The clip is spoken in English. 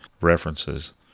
references